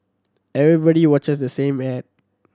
everybody watches the same ad